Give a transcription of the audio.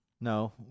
no